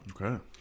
Okay